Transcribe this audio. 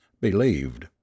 believed